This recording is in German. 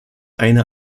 eine